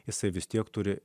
jisai vis tiek turi